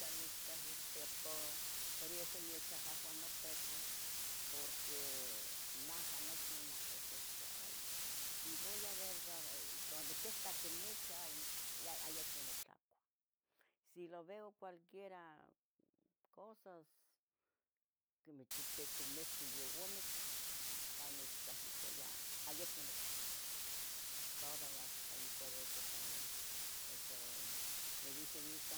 Tla nechtlahiltia po, por eso nech ahauah nopilua, porque naha nochi, ona cosas, ¡hay! si voy a ver ra, tla oniquitac quimichi, hay yeh acmo nitlacuah, si lo veo cualquiera cosas, quemeh chichitu mistu youmic, um ca nech tlahiltia ya a yeh acmo nitlacuah, todas las co y por eso también eso me dice mi hijo.